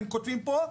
הם כותבים פה,